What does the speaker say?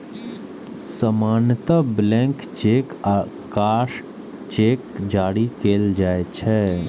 सामान्यतः blank cheque आ crossed cheque जारी कैल जाइ छै